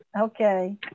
okay